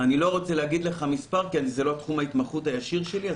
אני לא רוצה להגיד לך מספר כי זה לא תחום ההתמחות הישיר שלי.